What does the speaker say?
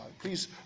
Please